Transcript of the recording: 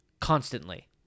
constantly